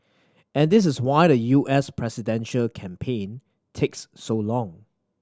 and this is why the U S presidential campaign takes so long